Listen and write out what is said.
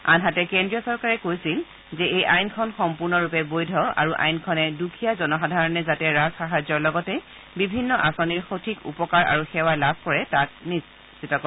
আনহাতে কেন্দ্ৰীয় চৰকাৰে কৈছিল যে এই আইনখন সম্পৰ্ণৰূপে বৈধ আৰু আইনখনে দুখীয়া জনসাধাৰণে যাতে ৰাজসাহায্যৰ লগতে বিভিন্ন আঁচনিৰ সঠিক উপকাৰ আৰু সেৱা লাভ কৰে তাক সুনিশ্চিত কৰে